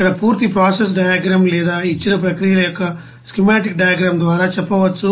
ఇక్కడ పూర్తి process diagram లేదా ఇచ్చిన ప్రక్రియల యొక్క స్కీమాటిక్ డయగ్రామ్ ద్వారా చెప్పవచ్చు